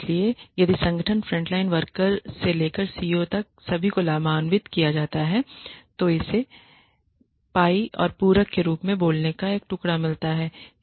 इसलिए यदि संगठन फ्रंटलाइन वर्कर्स से लेकर सीईओ तक सभी को लाभान्वित करता है तो उसे पाई और रूपक के रूप में बोलने का एक टुकड़ा मिलता है